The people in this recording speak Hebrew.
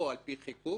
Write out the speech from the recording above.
או על פי חיקוק,